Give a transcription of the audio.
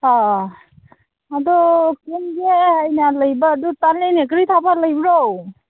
ꯑꯥꯎ ꯑꯗꯣ ꯂꯩꯕꯗꯣ ꯇꯟꯂꯤꯅꯦ ꯀꯔꯤ ꯇꯧꯕ ꯂꯩꯕ꯭ꯔꯣ